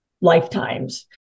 lifetimes